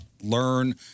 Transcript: Learn